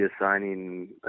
assigning